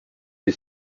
est